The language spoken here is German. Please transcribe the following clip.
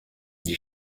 die